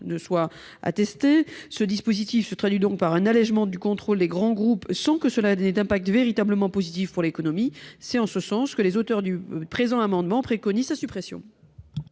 soit attestée. Ce dispositif se traduit donc par un allègement du contrôle des grands groupes, sans que cela ait d'impact véritablement positif pour l'économie. C'est pourquoi les auteurs du présent amendement préconisent la suppression